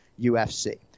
UFC